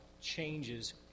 changes